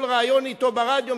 כל ריאיון אתו ברדיו,